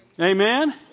Amen